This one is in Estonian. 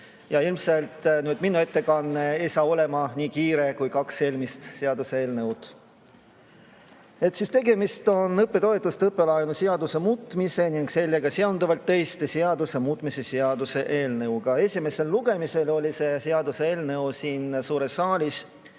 ilmselt ei ole enam nii kiire kui kahe eelmise seaduseelnõu puhul. Tegemist on õppetoetuste ja õppelaenu seaduse muutmise ning sellega seonduvalt teiste seaduste muutmise seaduse eelnõuga. Esimesel lugemisel oli see seaduseelnõu siin suures saalis